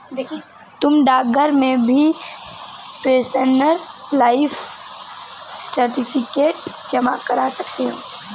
तुम डाकघर में भी पेंशनर लाइफ सर्टिफिकेट जमा करा सकती हो